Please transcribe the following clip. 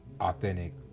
authentic